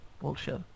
bullshit